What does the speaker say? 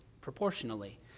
proportionally